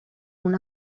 una